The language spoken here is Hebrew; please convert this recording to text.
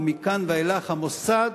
ומכאן ואילך המוסד